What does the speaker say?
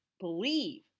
believe